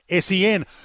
SEN